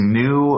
new